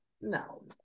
no